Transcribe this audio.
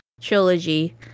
trilogy